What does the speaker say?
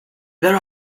there